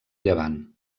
llevant